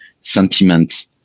sentiment